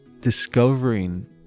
discovering